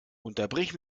unterbrich